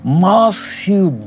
massive